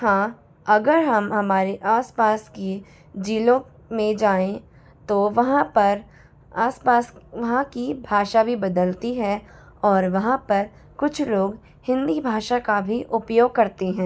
हाँ अगर हम हमारे आस पास की जिलों में जाएं तो वहाँ पर आस पास वहाँ की भाषा भी बदलती है और वहाँ पर कुछ लोग हिंदी भाषा का भी उपयोग करते हैं